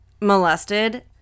molested